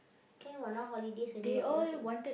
can [what] now holidays already you all can